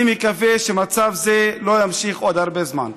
אני מקווה שמצב זה לא ימשיך עוד הרבה זמן.